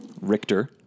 Richter